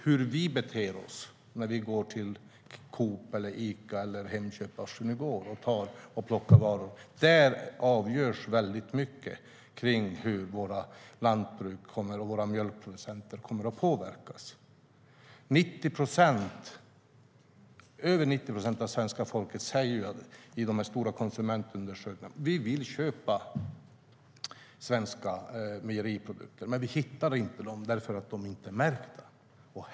Hur vi beter oss när vi går och handlar på Coop, Ica, Hemköp eller vart vi nu går avgör i mycket också hur våra lantbruk och mjölkproducenter kommer att påverkas. I de stora konsumentundersökningarna säger över 90 procent av svenska folket att man vill köpa svenska mejeriprodukter, men man hittar dem inte för att de inte är märkta.